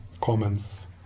Comments